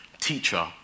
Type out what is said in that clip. teacher